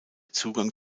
zugang